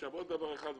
--- עוד דבר אחד,